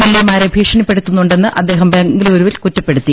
LA മാരെ ഭീഷണിപ്പെടുത്തുന്നുണ്ടെന്ന് അദ്ദേഹം ബംഗലൂരുവിൽ കുറ്റപ്പെടുത്തി